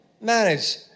manage